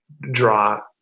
draw